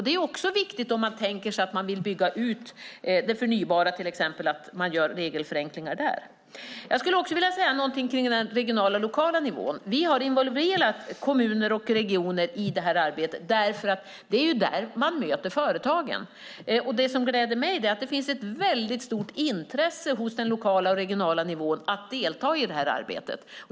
Det är också viktigt att man gör regelförenklingar där om man tänker sig att till exempel bygga ut det förnybara. Jag vill säga något om den regionala och lokala nivån. Vi har involverat kommuner och regioner i arbetet eftersom det är där man möter företagen. Det som gläder mig är att det finns ett väldigt stort intresse hos den lokala och regionala nivån att delta i arbetet.